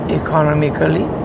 economically